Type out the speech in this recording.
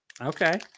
Okay